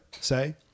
say